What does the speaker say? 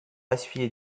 essuyé